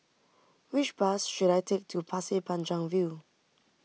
which bus should I take to Pasir Panjang View